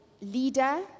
leader